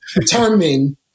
determine